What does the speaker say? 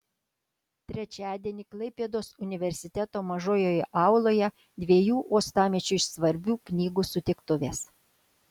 trečiadienį klaipėdos universiteto mažojoje auloje dviejų uostamiesčiui svarbių knygų sutiktuvės